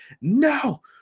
no